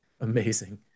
Amazing